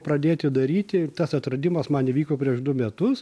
pradėti daryti ir tas atradimas man įvyko prieš du metus